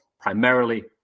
primarily